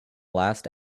last